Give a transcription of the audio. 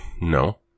no